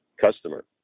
customer